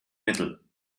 mittel